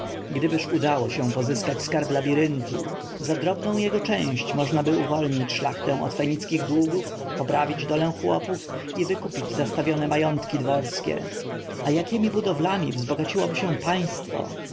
gdybyż udało się pozyskać skarb labiryntu za drobną jego część możnaby uwolnić szlachtę od fenickich długów poprawić dolę chłopów i wykupić zastawione majątki dworskie a jakiemi budowlami wzbogaciłoby się państwo